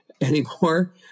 anymore